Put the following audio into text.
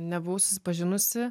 nebuvau susipažinusi